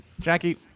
Jackie